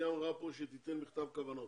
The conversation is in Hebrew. היא אמרה פה שהיא תיתן מכתב כוונות,